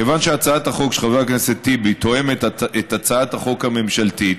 כיוון שהצעת החוק של חבר הכנסת טיבי תואמת את הצעת החוק הממשלתית,